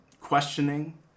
questioning